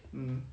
um